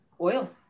oil